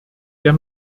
der